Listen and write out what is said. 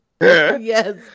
Yes